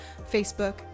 Facebook